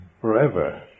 forever